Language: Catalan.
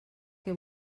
que